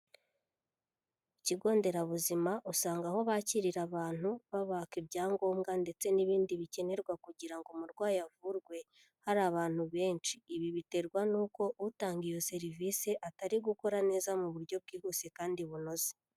Ku kigo nderabuzima usanga aho bakirira abantu, babaka ibyangombwa ndetse n'ibindi bikenerwa kugira ngo umurwayi avurwe, hari abantu benshi. Ibi biterwa nuko utanga iyo serivise atari gukora neza mu buryo bwihuse, kandi bunoze.